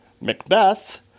Macbeth